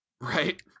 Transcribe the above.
right